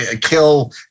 kill